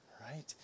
right